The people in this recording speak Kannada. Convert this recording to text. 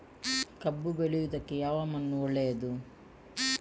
ಕಬ್ಬು ಬೆಳೆಯುವುದಕ್ಕೆ ಯಾವ ಮಣ್ಣು ಒಳ್ಳೆಯದು?